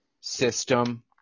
system